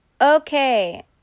okay